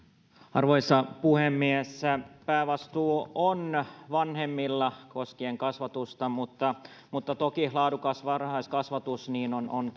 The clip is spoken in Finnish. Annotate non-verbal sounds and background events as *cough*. arvoisa puhemies päävastuu on vanhemmilla koskien kasvatusta mutta mutta toki laadukas varhaiskasvatus on on *unintelligible*